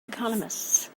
economists